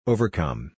Overcome